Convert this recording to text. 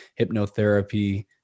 hypnotherapy